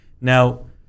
Now